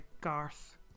Garth